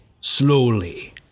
slowly